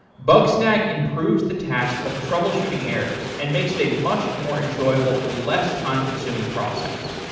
bugsnag improves the task of troubleshooting errors and makes it a much more enjoyable and less time-consuming process.